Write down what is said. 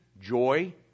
joy